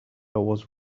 was